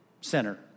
center